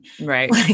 Right